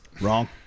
wrong